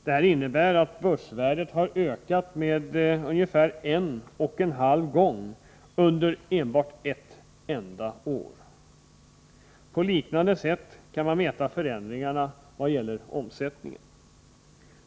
Detta innebär att börsvärdet har ökat ungefär en och en halv gång under ett enda år. På liknande sätt kan man mäta förändringarna vad gäller omsättningen.